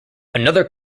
another